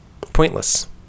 pointless